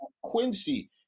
Quincy